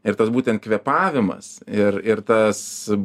ir tas būtent kvėpavimas ir ir tas